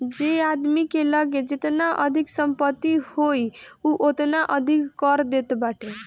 जे आदमी के लगे जेतना अधिका संपत्ति होई उ ओतने अधिका कर देत बाटे